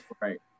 Right